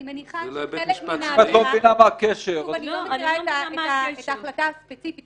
שוב, אני לא מכירה את ההחלטה הספציפית